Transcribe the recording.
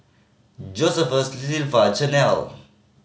Josephus Zilpah Chanelle